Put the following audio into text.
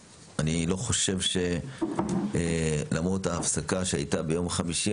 למרות ההפסקה שהייתה ביום חמישי,